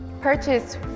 purchase